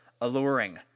alluring